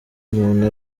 umuntu